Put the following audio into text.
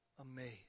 amazed